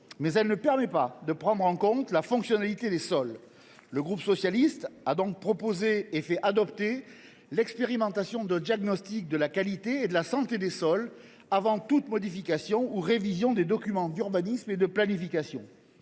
mais elle ne permet pas de prendre en compte la fonctionnalité des sols. Le groupe socialiste a donc proposé et fait adopter l’expérimentation d’un diagnostic de la qualité et de la santé des sols avant toute modification ou révision des documents d’urbanisme et de planification.